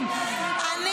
החטופים בוועדה.